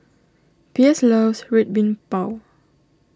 Pierce loves Red Bean Bao